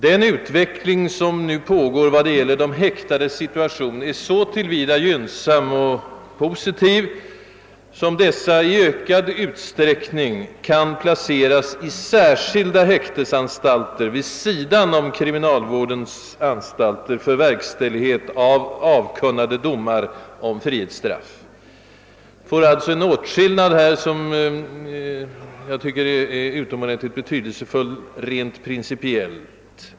Den utveckling som nu pågår vad beträffar de häktades situation är så till vida gynnsam och positiv som de häktade i ökad utsträckning kan placeras i särskilda häktesanstalter vid sidan av kriminalvårdens anstalter för verkställighet av avkunnade domar om frihetsstraff. Vi får alltså en åtskillnad här som jag tycker är utomordentligt betydelsefull reni principlellt.